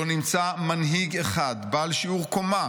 לא נמצא מנהיג אחד בעל שיעור קומה